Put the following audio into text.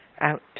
out